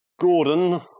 Gordon